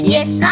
Yes